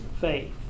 faith